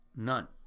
none